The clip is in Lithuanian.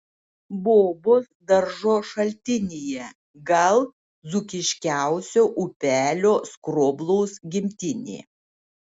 bobos daržo šaltinyje gal dzūkiškiausio upelio skroblaus gimtinė